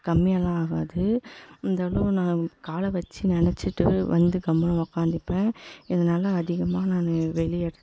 கம்மியாகலாம் ஆகாது இருந்தாலும் நான் காலை வெச்சி நனச்சிட்டு வந்து கம்முன்னு உட்காந்துப்பேன் இதனால அதிகமாக நான் வெளி இடத்துக்கு